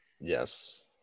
Yes